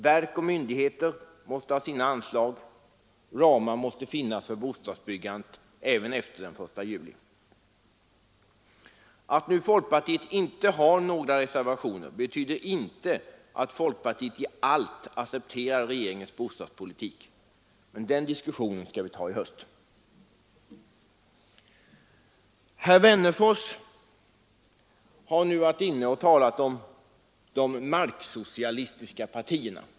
Verk och myndigheter måste ha sina anslag, och ramar måste finnas för bostadsbyggandet även efter den 1 juli. Att folkpartiet nu inte har några reservationer betyder inte att folkpartiet i allt accepterar regeringens bostadspolitik, men den diskussionen skall vi ta i höst. Herr Wennerfors har varit uppe och talat om de marksocialistiska partierna.